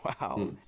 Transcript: Wow